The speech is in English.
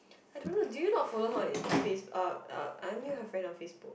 I don't know do you not follow her on uh uh aren't you her friend on Facebook